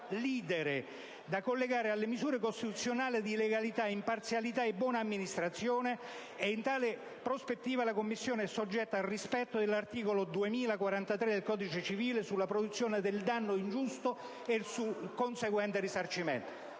da collegare alle misure costituzionali di legalità, imparzialità e buona amministrazione. In tale prospettiva, la Commissione è soggetta al rispetto dell'articolo 2043 del codice civile sulla produzione del danno ingiusto e sul conseguente risarcimento.